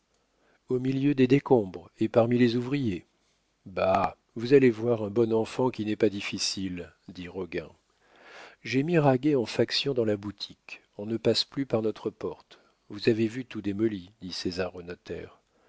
au milieu des décombres et parmi les ouvriers bah vous allez voir un bon enfant qui n'est pas difficile dit roguin j'ai mis raguet en faction dans la boutique on ne passe plus par notre porte vous avez vu tout démoli dit